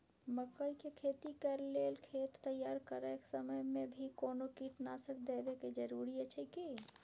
मकई के खेती कैर लेल खेत तैयार करैक समय मे भी कोनो कीटनासक देबै के जरूरी अछि की?